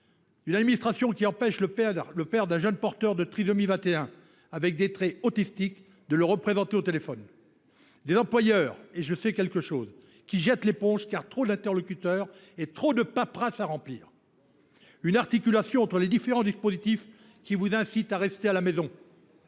Une administration qui empêche le père d’un jeune porteur de trisomie 21, avec des traits autistiques, de le représenter au téléphone. Des employeurs – et j’en sais quelque chose – qui jettent l’éponge, car trop d’interlocuteurs et trop de paperasse à remplir. Une articulation entre les différents dispositifs qui vous incite à rester à la maison.